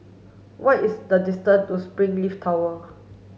what is the distance to Springleaf Tower